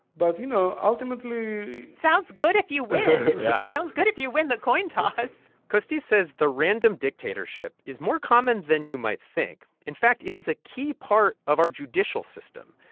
but you know, ultimately. sounds good if you win sounds good if you win the coin toss costis says the random dictatorship is more common than you might think. in fact, it is a key part of our judicial system.